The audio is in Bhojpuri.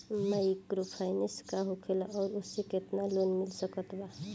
माइक्रोफाइनन्स का होखेला और ओसे केतना लोन मिल सकत बा?